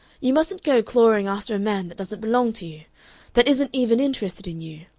you mustn't go clawing after a man that doesn't belong to you that isn't even interested in you.